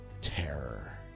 terror